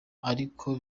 ariko